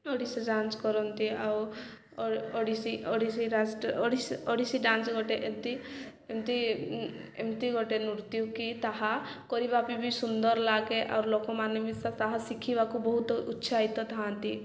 Odissi dance କରନ୍ତି ଆଉ Odissi Odissi Odissi dance ଗୋଟେ ଏମିତି ଏମିତି ଏମିତି ଗୋଟେ ନୃତ୍ୟ କି ତାହା କରିବା ପାଇଁ ବି ସୁନ୍ଦର ଲାଗେ ଆଉ ଲୋକମାନେ ବି ତାହା ଶିଖିବାକୁ ବହୁତ ଉତ୍ସାହିତ ଥାଆନ୍ତି